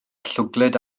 llwglyd